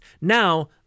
Now